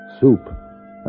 soup